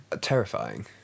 Terrifying